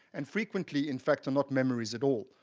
and frequently, in fact, are not memories at all,